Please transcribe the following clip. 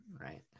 right